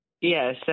Yes